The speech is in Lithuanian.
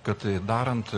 kad darant